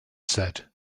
said